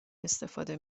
استفاده